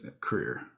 career